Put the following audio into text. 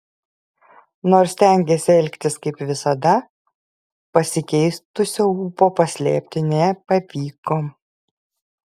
nors stengėsi elgtis kaip visada pasikeitusio ūpo paslėpti nepavyko